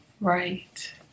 right